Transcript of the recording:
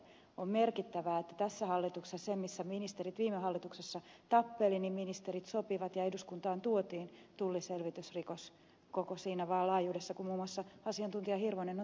on merkittävää että tässä hallituksessa siitä mistä ministerit viime hallituksessa tappelivat ministerit sopivat ja eduskuntaan tuotiin tulliselvitysrikos koko siinä laajuudessa kuin muun muassa asiantuntija hirvonen on toivonut